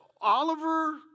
Oliver